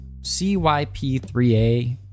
CYP3A